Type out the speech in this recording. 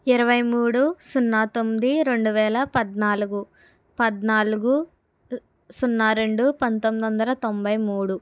ఇరవై మూడు సున్నా తొమ్మిది రెండు వేల పద్నాలుగు పద్నాలుగు సున్నా రెండు పంతొమ్మిది వందల తొంభై మూడు